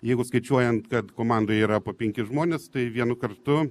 jeigu skaičiuojant kad komandoje yra po penkis žmonės tai vienu kartu